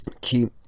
keep